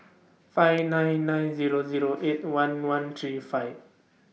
five nine nine Zero Zero eight one one three five